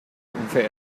unfair